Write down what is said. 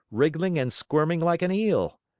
wriggling and squirming like an eel.